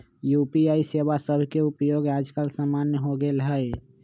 UPI सेवा सभके उपयोग याजकाल सामान्य हो गेल हइ